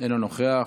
אינו נוכח.